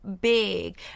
big